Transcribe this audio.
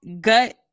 gut